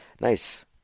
Nice